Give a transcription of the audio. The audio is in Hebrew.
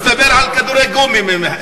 מסתבר, על כדורי גומי.